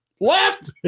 left